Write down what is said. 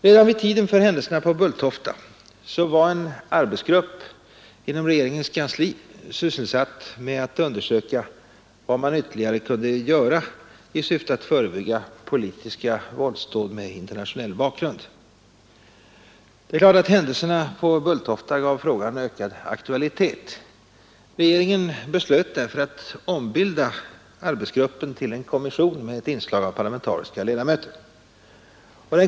Redan vid tiden för händelserna på Bulltofta var en arbetsgrupp inom Kungl. Maj:ts kansli sysselsatt med att undersöka vad som ytterligare kunde göras i syfte att förebygga politiska våldsdåd med internationell bakgrund. Nyssnämnda händelser gav frågan ökad aktualitet. Regeringen beslöt därför att ombilda gruppen till en kommission med ett inslag av parlamentariska ledamöter.